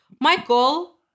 Michael